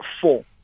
four